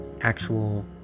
actual